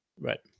Right